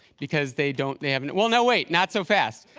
because they don't, they haven't well, no, wait! not so fast.